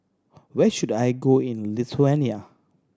where should I go in Lithuania